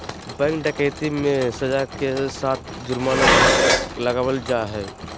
bank डकैती मे सज़ा के साथ जुर्माना भी लगावल जा हय